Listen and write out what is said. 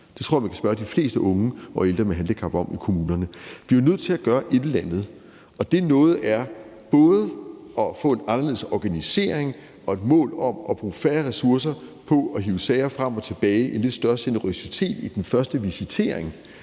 Det tror jeg man kan spørge de fleste unge og ældre med handicap om i kommunerne. Vi er jo nødt til at gøre et eller andet, og det »et eller andet« er både at få en anderledes organisering og et mål om at bruge færre ressourcer på at hive sager frem og tilbage og en lidt større generøsitet i den første visitering,